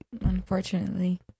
Unfortunately